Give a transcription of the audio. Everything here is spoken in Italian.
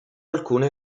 alcune